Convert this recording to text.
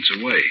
away